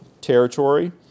territory